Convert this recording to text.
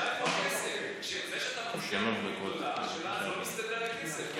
זה לא מסתדר עם הכסף,